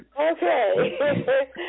okay